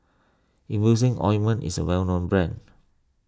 Emulsying Ointment is a well known brand